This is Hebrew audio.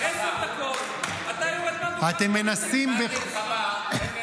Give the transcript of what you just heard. אתם מנסים ------ עשר דקות,